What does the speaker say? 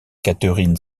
catherine